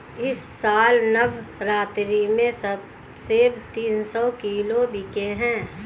इस साल नवरात्रि में सेब तीन सौ किलो बिके हैं